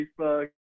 Facebook